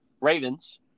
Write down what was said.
Ravens